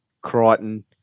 Crichton